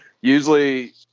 Usually